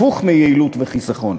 הפוך מיעילות וחיסכון?